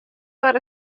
foar